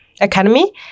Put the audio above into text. academy